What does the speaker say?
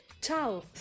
Ciao